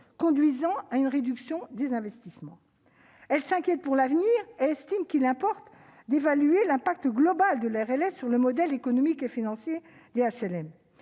conduisant à une réduction des investissements. Elle s'inquiète pour l'avenir et estime qu'il importe d'évaluer l'impact global de la RLS sur le modèle économique et financier des HLM,